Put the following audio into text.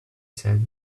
said